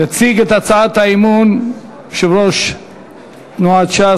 יציג את הצעת האי-אמון יושב ראש תנועת ש"ס,